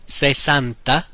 sessanta